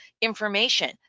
information